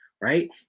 right